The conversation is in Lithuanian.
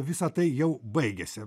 visa tai jau baigėsi